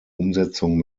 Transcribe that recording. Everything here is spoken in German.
umsetzung